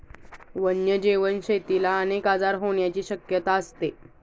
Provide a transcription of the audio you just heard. वन्यजीव शेतीला अनेक आजार होण्याची शक्यता असते